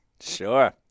Sure